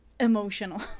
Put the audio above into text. emotional